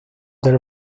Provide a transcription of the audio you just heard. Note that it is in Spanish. del